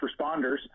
responders